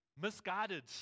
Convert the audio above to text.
misguided